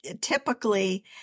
typically